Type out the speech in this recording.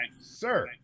sir